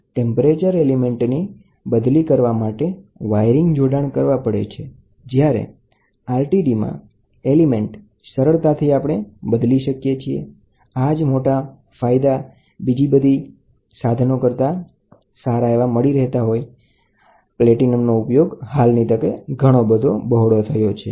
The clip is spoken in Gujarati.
ટેમ્પરેચર સેન્સિટીવ રેઝિસ્ટન્ટ એલિમેન્ટ સરળતાથી બદલી શકાય છે જે બીજામાં થતુ નથી તેના માટે વાયરિંગ જોડાણ કરવા પડે છે તો બીજી તાપમાન માપન ડીવાઇસ કરતા RTDના ફાયદા છે